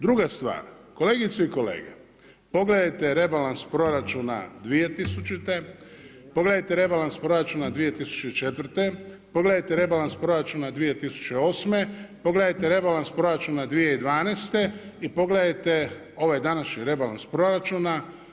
Druga stvar, kolegice i kolege pogledajte rebalans proračuna 2000., pogledajte rebalans proračuna 2004., pogledajte rebalans proračuna 2008., pogledajte rebalans proračuna 2012. i pogledajte ovaj današnji rebalans proračuna.